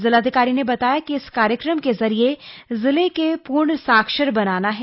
जिलाधिकारी ने बताया कि इस कार्यक्रम के जरिये जिले को पूर्ण साक्षर बनाना है